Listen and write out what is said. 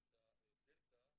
של הדלתה